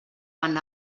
van